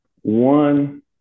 one